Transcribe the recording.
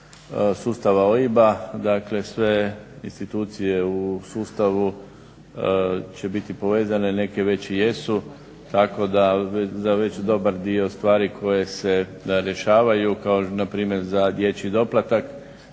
sustava OIB-a dakle sve institucije u sustavu će biti povezane, neke već i jesu tako da već za dobar dio stvari koje se rješavaju kao npr. za dječji doplatak